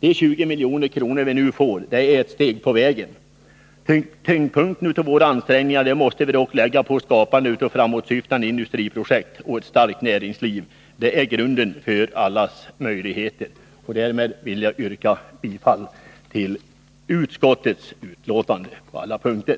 De 20 milj.kr. vi nu får gör att vi kommer ytterligare en bit på vägen mot vårt mål. Tyngdpunkten i våra ansträngningar måste dock läggas på skapandet av framåtsyftande industriprojekt och ett starkt näringsliv. Det är grunden för allas möjligheter. Därmed yrkar jag bifall till utskottets hemställan på alla punkter.